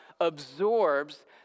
absorbs